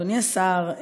אדוני השר,